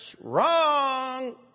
Wrong